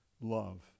love